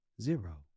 Zero